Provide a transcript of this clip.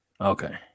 Okay